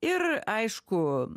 ir aišku